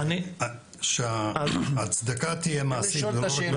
ההצדקה צריכה להיות מעשית.